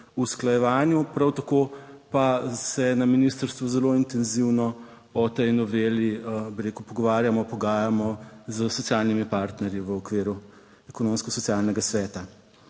usklajevanju. Prav tako pa se na ministrstvu zelo intenzivno o tej noveli, bi rekel, pogovarjamo, pogajamo s socialnimi partnerji v okviru Ekonomsko socialnega sveta.